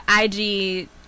IG